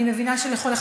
אני מבינה שלכל אחד,